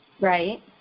Right